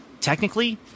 Technically